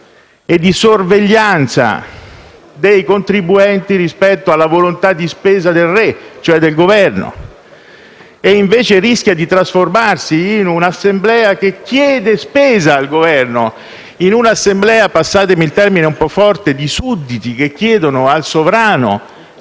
e di sorveglianza dei contribuenti rispetto alla volontà di spesa del re, cioè del Governo. Invece, rischia di trasformarsi in un'Assemblea che chiede spesa al Governo; in un'Assemblea - passatemi il termine un po' forte - di sudditi che chiedono al sovrano